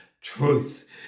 truth